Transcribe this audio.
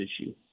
issue